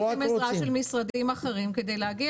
אנחנו צריכים משרדים אחרים כדי להגיע לשם.